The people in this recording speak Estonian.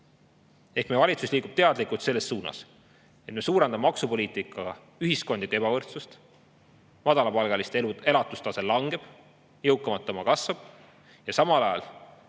Ehk meie valitsus liigub teadlikult selles suunas, et me suurendame maksupoliitikaga ühiskondlikku ebavõrdsust – madalapalgaliste elatustase langeb, jõukamate oma kasvab – ja samal ajal